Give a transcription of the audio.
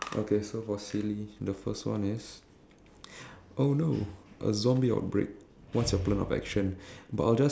that that is true maybe it's a silly topic people don't believe in this kind of things okay second